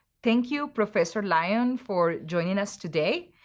thank you, professor lyon, for joining us today.